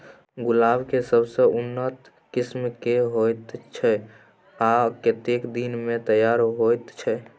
गुलाब के सबसे उन्नत किस्म केना होयत छै आ कतेक दिन में तैयार होयत छै?